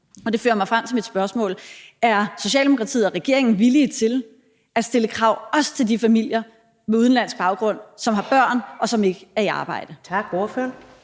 Det fører mig frem til mit spørgsmål: Er Socialdemokratiet og regeringen villige til at stille krav også til de familier med udenlandsk baggrund, som har børn, og som ikke er i arbejde? Kl.